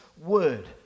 word